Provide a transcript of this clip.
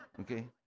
Okay